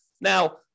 now